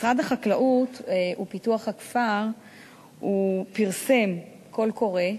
משרד החקלאות ופיתוח הכפר פרסם קול קורא,